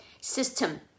system